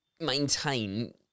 maintain